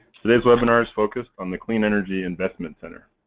today's webinar is focused on the clean energy investment center.